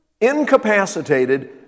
incapacitated